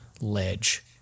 ledge